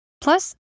Plus